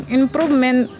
improvement